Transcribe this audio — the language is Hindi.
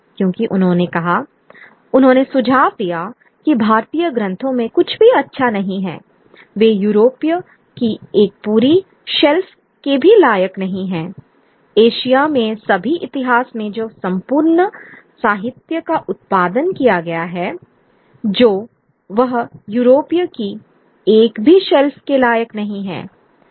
क्योंकि उन्होंने कहा उन्होंने सुझाव दिया कि भारतीय ग्रंथों में कुछ भी अच्छा नहीं है वे यूरोपीय की एक पूरी शेल्फ के भी लायक नहीं हैएशिया में सभी इतिहास में जो संपूर्ण साहित्य का उत्पादन किया गया है वह यूरोपीय की एक भी शेल्फ के लायक नहीं है